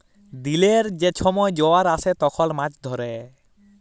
দিলের যে ছময় জয়ার আসে তখল মাছ ধ্যরে